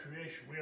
creation